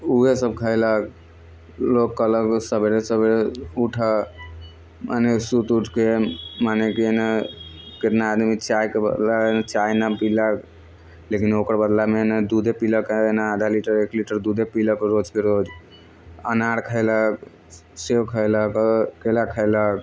वएहसब खैलक लोक केलक सबेरे सबेरे उठल मने सुति उठिके मने कि एना कतना आदमी चायके बदला यानि चाइ नहि पीलक लेकिन ओकर बदलामे ने दूधे पीलक एना आधा लीटर एक लीटर दूधे पीलक रोजके रोज अनार खैलक सेब खैलक केला खैलक